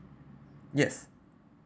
yes